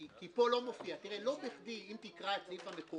כי פה לא מופיע אם תקרא את הסעיף המקורי,